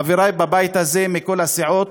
חברי בבית הזה מכל הסיעות,